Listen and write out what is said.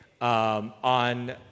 on